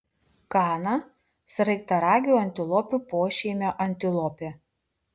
kana sraigtaragių antilopių pošeimio antilopė